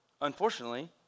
Unfortunately